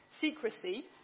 secrecy